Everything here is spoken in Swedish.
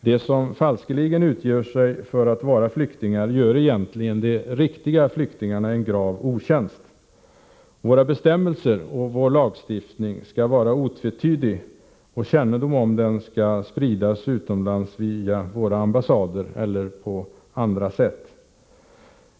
De som falskeligen utger sig för att vara flyktingar gör egentligen de riktiga flyktingarna en grav otjänst. Våra bestämmelser och våra lagar skall vara otvetydiga, och kännedom om dem skall spridas utomlands via våra ambassader eller på andra sätt.